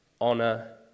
honor